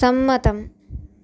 സമ്മതം